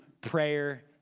prayer